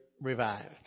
revived